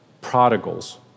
prodigals